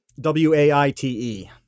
W-A-I-T-E